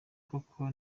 koko